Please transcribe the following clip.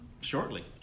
shortly